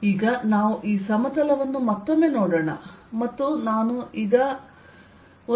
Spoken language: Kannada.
ಆದ್ದರಿಂದ ಈಗ ನಾವು ಈ ಸಮತಲವನ್ನು ಮತ್ತೊಮ್ಮೆ ನೋಡೋಣ ಮತ್ತು ಈಗ ನಾವು